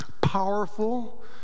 powerful